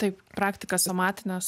taip praktikas somatines